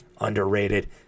underrated